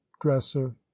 Dresser